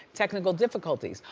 technical difficulties.